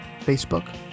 Facebook